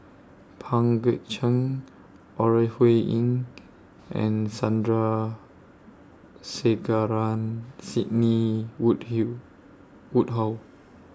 Pang Guek Cheng Ore Huiying and Sandrasegaran Sidney Wood Hill Woodhull